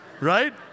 right